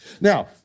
Now